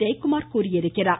ஜெயகுமார் தெரிவித்திருக்கிறார்